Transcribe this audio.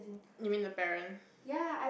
you mean the parent